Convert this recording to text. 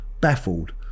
baffled